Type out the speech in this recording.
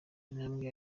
intambwe